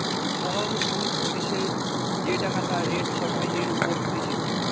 সরল সুধ হতিছে যেই টাকাটা রেট সময় এর ওপর হতিছে